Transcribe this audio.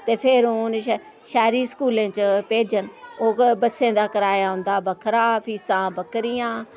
ते फिर ओह् उ'नें शैह्री स्कूलें च भेजन ओह् बस्सें दा कराया उं'दा बक्खरा फीसां बक्खरियां